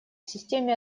системе